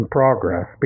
progress